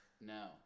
No